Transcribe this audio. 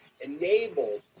enabled